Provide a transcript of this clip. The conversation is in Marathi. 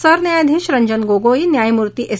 सरन्यायाधीश रंजन गोगोई न्यायमूर्ती एस